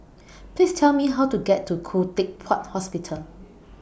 Please Tell Me How to get to Khoo Teck Puat Hospital